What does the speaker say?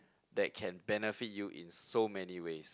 that can benefit you in so many ways